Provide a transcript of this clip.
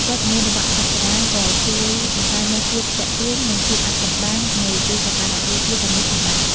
វត្តមានរបស់អប្សរាក៏ជួយបង្កើននូវភាពទាក់ទាញ និងភាពអាថ៌កំបាំងនៃទីសក្ការបូជាទាំងនេះផងដែរ។